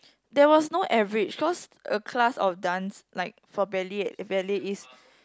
there was no average cause a class of dance like for ballet at ballet is